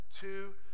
two